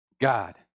God